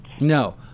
No